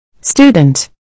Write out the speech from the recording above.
Student